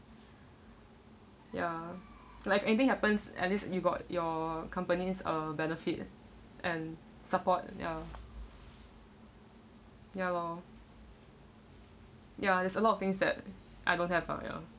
ya like anything happens at least you got your companies uh benefit and support ya ya lor ya there's a lot of things that I don't have you know